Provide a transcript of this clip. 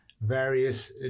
various